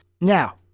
Now